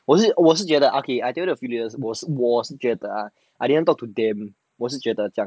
我是我是觉得 okay I tell you 我是我是觉得 ah I didn't talk to them 我是觉得这样